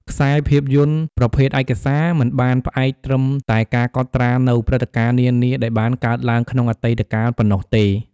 ខ្សែភាពយន្តប្រភេទឯកសារ មិនបានផ្អែកត្រឹមតែការកត់ត្រានូវព្រឹត្តិការណ៍នានាដែលបានកើតឡើងក្នុងអតីតកាលប៉ុណ្ណោះទេ។